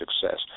success